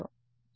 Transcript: విద్యార్థి